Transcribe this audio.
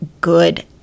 good